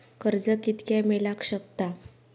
कर्ज कितक्या मेलाक शकता?